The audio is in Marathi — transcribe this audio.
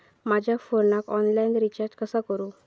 माझ्या फोनाक ऑनलाइन रिचार्ज कसा करू?